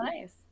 nice